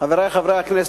חברי חברי הכנסת,